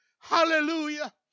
Hallelujah